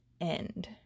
end